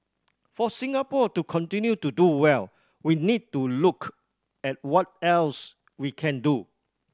for Singapore to continue to do well we need to look at what else we can do